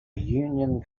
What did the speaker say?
union